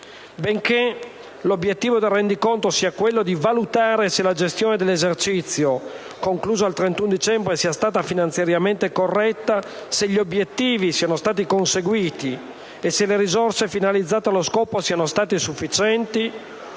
Benché l'obiettivo del rendiconto sia quello di valutare se la gestione dell'esercizio concluso al 31 dicembre sia stata finanziariamente corretta, se gli obiettivi siano stati conseguiti e le risorse finalizzate allo scopo siano state sufficienti,